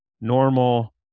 normal